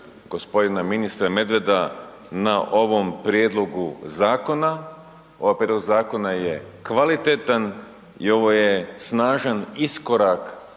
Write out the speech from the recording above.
g. ministra Medveda na ovom prijedlogu zakona. Ovaj prijedlog zakona je kvalitetan i ovo je snažan iskorak